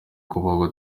kubaho